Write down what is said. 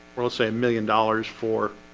well say million dollars for